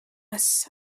was